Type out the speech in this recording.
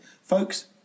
Folks